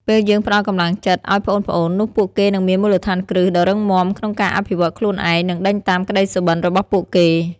ពេលយើងផ្តល់កម្លាំងចិត្តឲ្យប្អូនៗ នោះពួកគេនឹងមានមូលដ្ឋានគ្រឹះដ៏រឹងមាំក្នុងការអភិវឌ្ឍខ្លួនឯង និងដេញតាមក្តីសុបិនរបស់ពួកគេ។